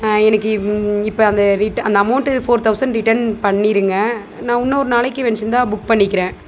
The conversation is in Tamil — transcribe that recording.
எனக்கு இப்போ அந்த அந்த அமௌண்ட் ஃபோர் தவுசண்ட் ரிட்டன் பண்ணிடுங்க நான் இன்னொரு நாளைக்கு வச்சுருந்தா புக் பண்ணிக்கிறேன்